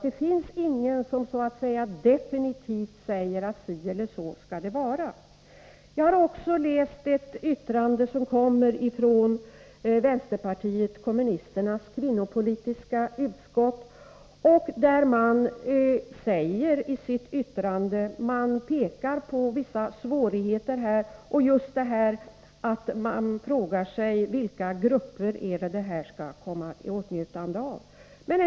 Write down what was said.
Det är ingen som definitivt säger att si eller så skall det vara. Jag har också läst det yttrande som kommit från vänsterpartiet kommunisternas kvinnopolitiska utskott. Man pekar på vissa svårigheter och frågar sig vilka grupper det är som skall komma i åtnjutande av den verksamhet det här gäller.